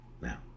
now